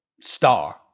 Star